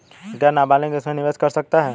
क्या नाबालिग इसमें निवेश कर सकता है?